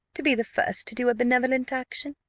to be the first to do a benevolent action?